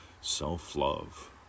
self-love